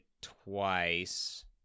twice